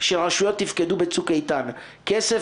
שרוצים פה ושם לצאת לביתם, והכול תחת